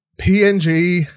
png